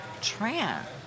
trans